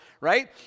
right